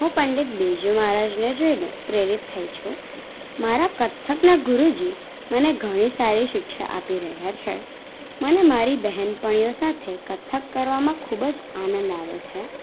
હુ પંડિત બિરજુ મહારાજને જોઇને પ્રેરિત થઈ છું મારા કથકના ગુરુજી મને ઘણી સારી શિક્ષા આપી રહ્યા છે મને મારી બહેનપણીઓ સાથે કથક કરવામાં ખૂબ જ આનંદ આવે છે